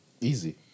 Easy